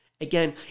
again